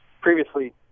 previously